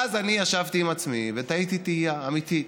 ואז אני ישבתי עם עצמי ותהיתי תהייה אמיתית: